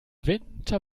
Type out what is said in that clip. winter